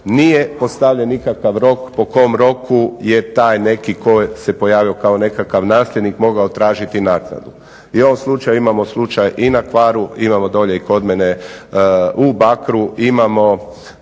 Nije postavljen nikakav rok po kom roku je taj neki tko se pojavio kao nekakav nasljednik mogao tražiti naknadu. I u ovom slučaju imamo slučaj i na Hvaru, imamo dolje i kod mene u Bakru, imamo